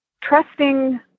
trusting